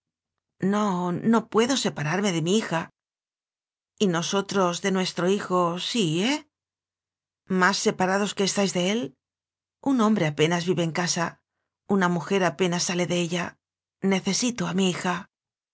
no no puedo separarme de mi hija y posotros de nuestro hijo sí eh más separados que estáis de él un hombre apenas vive en casa una mujer ape nas sale de ella necesito a mi hija